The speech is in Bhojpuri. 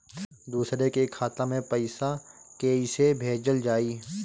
दूसरे के खाता में पइसा केइसे भेजल जाइ?